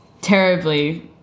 terribly